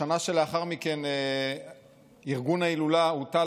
בשנה שלאחר מכן ארגון ההילולה הוטל